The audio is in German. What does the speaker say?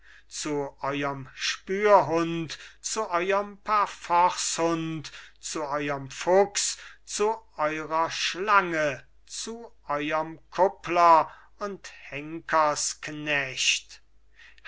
zu eurem spürhund zu euerm parforcehund zu eurem fuchs zu eurer schlange zu euerm kuppler und henkersknecht